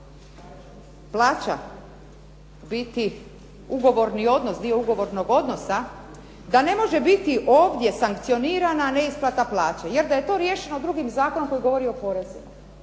plaća, u biti ugovorni odnos, dio ugovornog odnosa, da ne može biti ovdje sankcionirana neisplata plaće, jer da je to riješeno drugim zakonom koji govori o porezima.